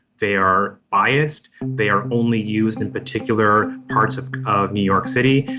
they are biased. they are only used in particular parts of of new york city.